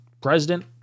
president